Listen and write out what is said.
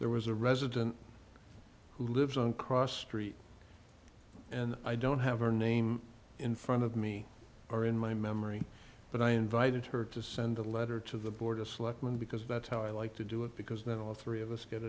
there was a resident who lives on cross street and i don't have her name in front of me or in my memory but i invited her to send a letter to the board of selectmen because that's how i like to do it because not all three of us get